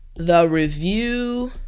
the review